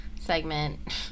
segment